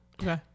Okay